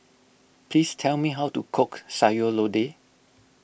please tell me how to cook Sayur Lodeh